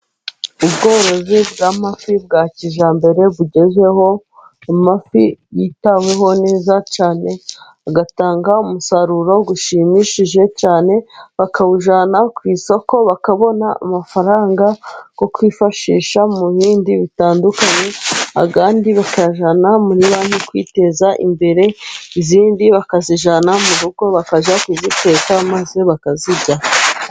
Ubworozi bw'amafi bwa kijyambere bugezweho, amafi yitaweho neza cyane agatanga umusaruro ushimishije cyane bakawujyana ku isoko, bakabona amafaranga yo kwifashisha mu bindi bitandukanye ayandi bakayajyana muri banki kwiteza imbere, izindi bakazijyana mu rugo bakajya kuziteka maze bakazirya.